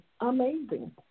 amazing